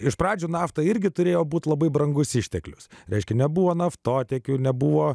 iš pradžių nafta irgi turėjo būti labai brangus išteklius reiškia nebuvo naftotiekių nebuvo